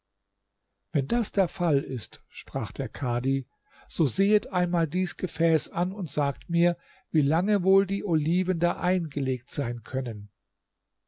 wenn das der fall ist sprach der kadhi so sehet einmal dies gefäß an und sagt mir wie lange wohl die oliven da eingelegt sein können